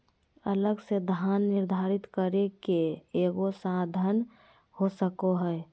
अलग से धन निर्धारित करे के एगो साधन हो सको हइ